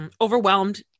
overwhelmed